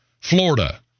Florida